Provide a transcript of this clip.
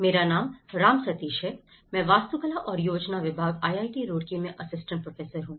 मेरा नाम राम सतीश है मैं वास्तुकला और योजना विभाग आईआईटी रुड़की में असिस्टेंट प्रोफेसर हूँ